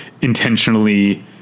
intentionally